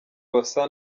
basa